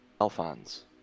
Alphonse